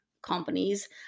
companies